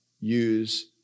use